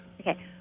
Okay